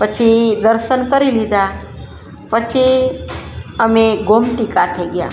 પછી દર્શન કરી લીધાં પછી અમે ગોમતી કાંઠે ગયાં